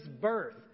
birth